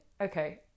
Okay